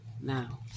Now